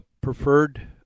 preferred